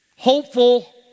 Hopeful